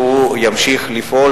שהוא ימשיך לפעול,